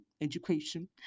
education